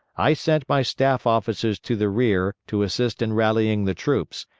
i sent my staff officers to the rear to assist in rallying the troops,